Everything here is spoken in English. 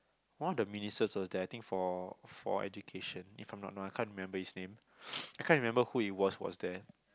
one of the ministers was there I think for for education if I'm not wrong I can't remember his name I can't remember who it was was there